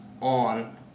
on